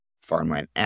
farmland